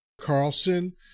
Carlson